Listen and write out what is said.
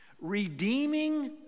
redeeming